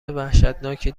وحشتناکی